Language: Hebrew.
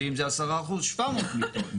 ואם זה 10% - 700 מיטות.